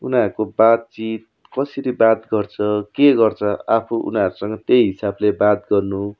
उनीहरूको बातचित कसरी बात गर्छ के गर्छ आफू उनीहरूसँग त्यही हिसाबले बात गर्नु